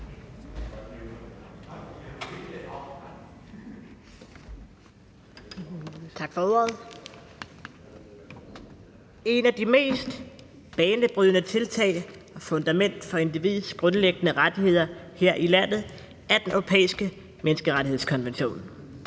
Tak for ordet. Et af de mest banebrydende tiltag og et fundament for individets grundlæggende rettigheder her i landet er Den Europæiske Menneskerettighedskonvention.